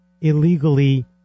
illegally